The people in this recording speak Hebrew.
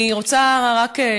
אני רק רוצה לומר,